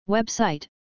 Website